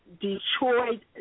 Detroit